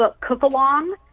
cook-along